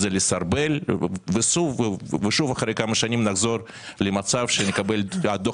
זה אומר לסרבל ושוב אחרי כמה שנים נחזור למצב שנקבל את דוח